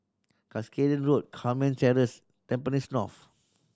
Cuscaden Road Carmen Terrace Tampines North